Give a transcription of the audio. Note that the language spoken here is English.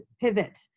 pivot